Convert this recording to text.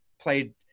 Played